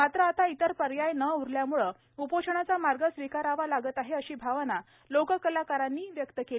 मात्र आता इतर पर्याय न उरल्यामुळे उपोषणाचा मार्ग स्वीकारावा लागत आहे अशी भावना लोककलाकारांनी व्यक्त केली